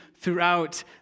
throughout